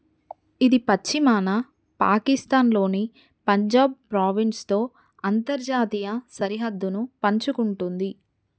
ఇది పశ్చిమాన పాకిస్తాన్లోని పంజాబ్ ప్రావిన్స్తో అంతర్జాతీయ సరిహద్దును పంచుకుంటుంది